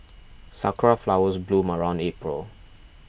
sakura flowers bloom around April